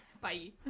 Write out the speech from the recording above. Bye